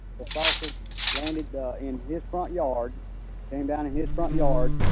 the saucer landed in his front yard came down in his front yard